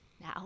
Now